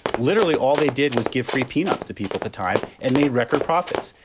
literally, all they did was give free peanuts to people to time and made record profits.